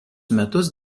metus